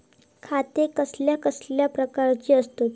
खाते कसल्या कसल्या प्रकारची असतत?